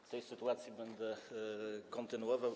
W tej sytuacji będę kontynuował.